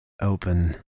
Open